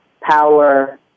power